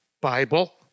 Bible